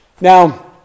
Now